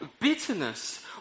Bitterness